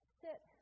sit